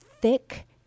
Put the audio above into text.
thick